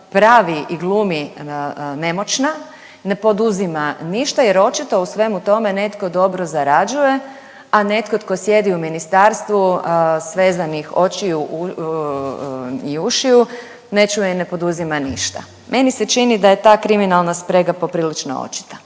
pravi i glumi nemoćno, ne poduzima ništa jer očito u svemu tome netko dobro zarađuje, a netko tko sjedi u ministarstvu svezanih očiju i ušiju ne čuje i ne poduzima ništa. Meni se čini da je ta kriminalna sprega poprilično očita